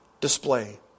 display